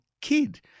kid